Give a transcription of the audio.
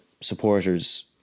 supporters